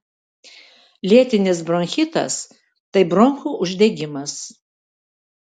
lėtinis bronchitas tai bronchų uždegimas